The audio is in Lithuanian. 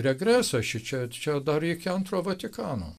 regresas šičia čia dar iki antro vatikano